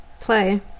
play